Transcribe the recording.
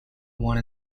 one